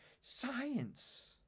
Science